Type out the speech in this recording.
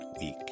week